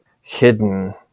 hidden